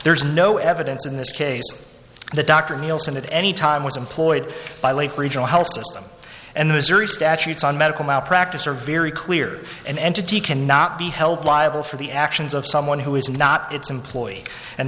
there's no evidence in this case the dr nielsen at any time was employed by late regional health system and the missouri statutes on medical malpractise are very clear an entity cannot be held liable for the actions of someone who is not its employee and